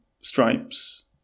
stripes